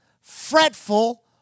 fretful